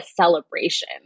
celebration